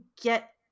get